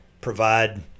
provide